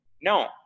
no